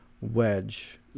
wedge